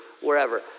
Wherever